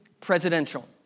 presidential